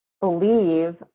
believe